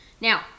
Now